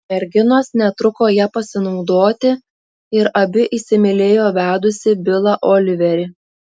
merginos netruko ja pasinaudoti ir abi įsimylėjo vedusį bilą oliverį